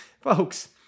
Folks